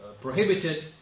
prohibited